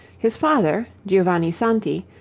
his father, giovanni santi,